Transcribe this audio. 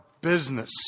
business